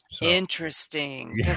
Interesting